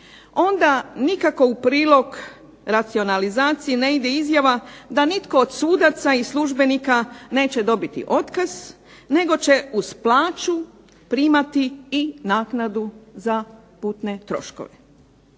onda nikako u prilog racionalizaciji ne ide izjava da nitko od sudaca i službenika neće dobiti otkaz, nego će uz plaću primati i naknadu za putne troškove.